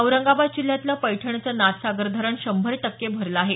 औरंगाबाद जिल्ह्यातलं पैठणचं नाथसागर धरण शंभर टक्के भरलं आहे